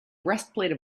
breastplate